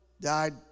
died